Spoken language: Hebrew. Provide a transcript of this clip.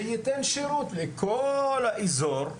וייתן שירות לכל האזור,